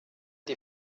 die